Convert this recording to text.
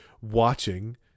watching